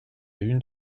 une